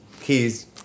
keys